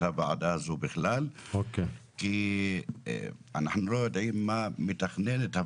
הוועדה הזאת בכלל כי אנחנו לא יודעים מה הוועדה מתכננת,